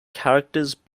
characters